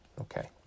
Okay